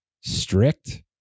strict